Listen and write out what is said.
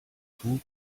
two